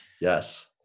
Yes